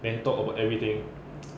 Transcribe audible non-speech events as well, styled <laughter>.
then talk about everything <noise>